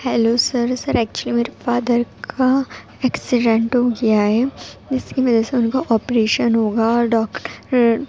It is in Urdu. ہیلو سر سر ایکچولی میرے فادر کا ایکسیڈینٹ ہو گیا ہے جس کی وجہ سے ان کا آپریشن ہوگا اور ڈاکٹر